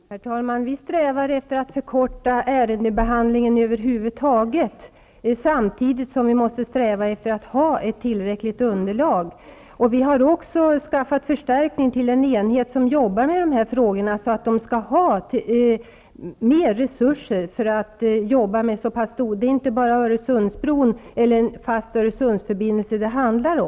Herr talman! Vi strävar efter att över huvud taget förkorta ärendebehandlingen, samtidigt som vi strävar efter att ha ett tillräckligt beslutsunderlag. Den enhet som arbetar med dessa frågor har också förstärkts, så att det skall finnas mer resurser för att man skall klara av så pass stora frågor -- det rör sig inte bara om en fast Öresundsförbindelse.